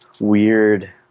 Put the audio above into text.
weird